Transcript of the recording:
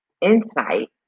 insight